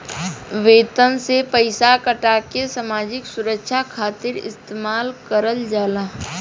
वेतन से पइसा काटके सामाजिक सुरक्षा खातिर इस्तेमाल करल जाला